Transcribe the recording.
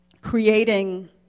Creating